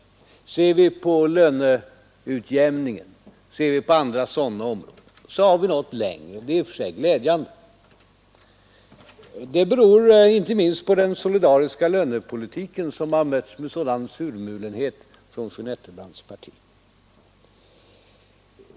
I fråga om exempelvis löneutjämning har vi nått mycket längre, vilket i och för sig är glädjande. Det beror inte minst på den solidariska lönepolitiken, som har bemötts med sådan surmulenhet från fru Nettelbrandts parti.